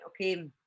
Okay